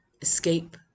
escape